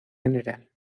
gral